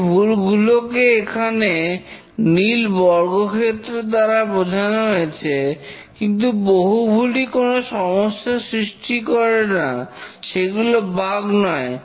এই ভুলগুলোকে এখানে নীল বর্গক্ষেত্র দ্বারা বোঝানো হয়েছে কিন্তু বহু ভুলই কোন সমস্যার সৃষ্টি করেনা সেগুলো বাগ নয়